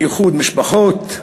איחוד משפחות,